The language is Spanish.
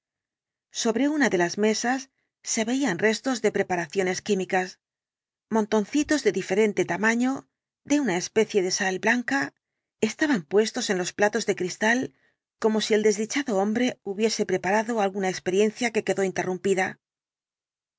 sobre una de las mesas se veían restos de preparaciones químicas montoncitos de diferente tamaño de una especie de sal blanca estaban puestos en platos de cristal como si el desdichado hombre hubiese preparado alguna experiencia que quedó interrumpida